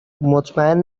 مطمئن